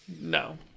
No